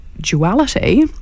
duality